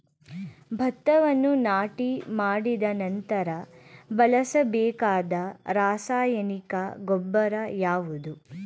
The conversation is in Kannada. ಭತ್ತವನ್ನು ನಾಟಿ ಮಾಡಿದ ನಂತರ ಬಳಸಬೇಕಾದ ರಾಸಾಯನಿಕ ಗೊಬ್ಬರ ಯಾವುದು?